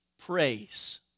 praise